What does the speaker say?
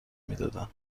میدادن